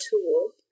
tool